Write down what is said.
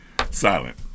Silent